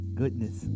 goodness